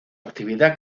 actividad